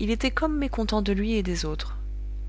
il était comme mécontent de lui et des autres